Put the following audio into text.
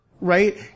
Right